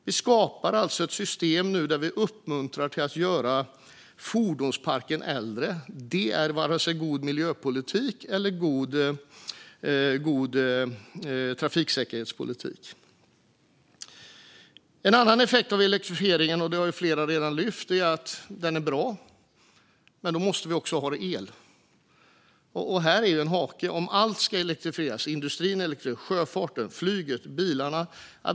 Vi skapar ett system där vi uppmuntrar till att göra fordonsparken äldre. Det är varken god miljöpolitik eller god trafiksäkerhetspolitik. Flera har redan lyft fram en annan effekt av elektrifieringen. Det är att den är bra, men då måste vi också ha el. Här är en hake om allt ska elektrifieras: industrin, sjöfarten, flyget och bilarna.